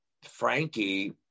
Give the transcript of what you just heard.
Frankie